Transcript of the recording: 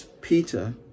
Peter